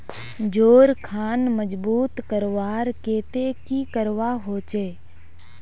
जोड़ खान मजबूत करवार केते की करवा होचए?